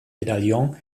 medaillon